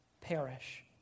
perish